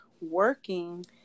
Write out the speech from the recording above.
working